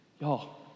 Y'all